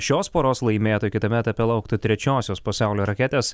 šios poros laimėtojo kitame etape lauktų trečiosios pasaulio raketės